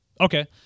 Okay